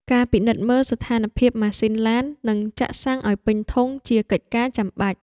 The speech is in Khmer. ការពិនិត្យមើលស្ថានភាពម៉ាស៊ីនឡាន និងចាក់សាំងឱ្យពេញធុងជាកិច្ចការចាំបាច់។